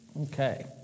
Okay